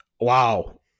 Wow